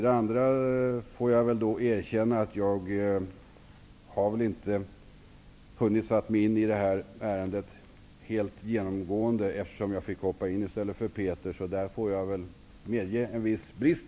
Jag får erkänna att jag inte har hunnit sätta mig in i det här ärendet alltigenom, eftersom jag fick hoppa in i stället för Peter Kling. Där får jag medge en viss brist.